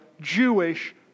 Jewish